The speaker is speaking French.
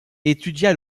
étudia